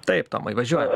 taip tomai važiuojam